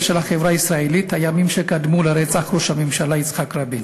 של החברה הישראלית: הימים שקדמו לרצח ראש הממשלה יצחק רבין.